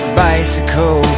bicycle